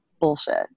bullshit